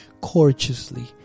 courteously